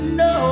no